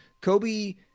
Kobe